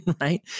right